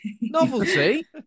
Novelty